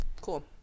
Cool